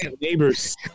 neighbors